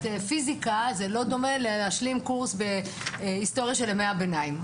פיזיקה זה לא דומה להשלים קורס בהיסטוריה של ימי הביניים.